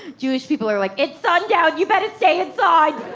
jewish people are like, it's sundown. you better stay inside.